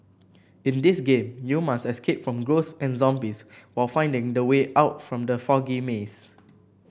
in this game you must escape from ghosts and zombies while finding the way out from the foggy maze